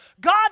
God